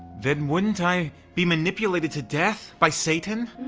then wouldn't i be manipulated to death by satan?